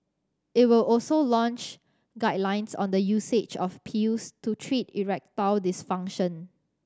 it will also launch guidelines on the usage of pills to treat erectile dysfunction